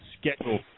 schedule